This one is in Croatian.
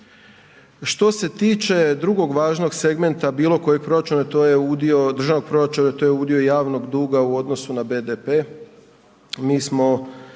Što se tiče drugog važnog segmenta bilo kojeg državnog proračuna to je udio javnog duga u odnosu na BDP. Mi smo